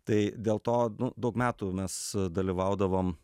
tai dėl to nu daug metų mes dalyvaudavom